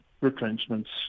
retrenchments